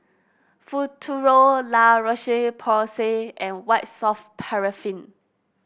Futuro La Roche Porsay and White Soft Paraffin